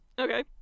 Okay